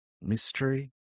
mystery